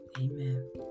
Amen